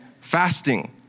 fasting